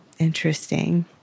Interesting